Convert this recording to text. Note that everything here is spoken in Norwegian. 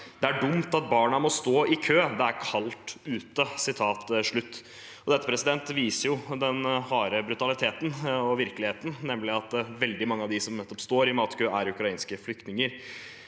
«Det er dumt at barna må stå i kø. Det er kaldt ute.» Dette viser den harde brutaliteten og virkeligheten, nemlig at veldig mange av dem som står i matkø, er ukrainske flyktninger.